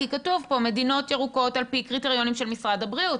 כי כתוב פה מדינות ירוקות על פי קריטריונים של משרד הבריאות,